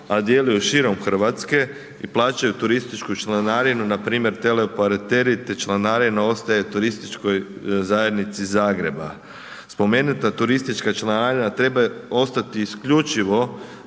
a djeluju širom Hrvatske i plaćaju turističku članarinu npr. teleoperateri te članarina ostaje turističkoj zajednici Zagreba. Spomenuta turistička članarina treba ostati isključivo